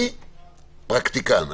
אני פרקטיקן,